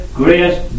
grace